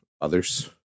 others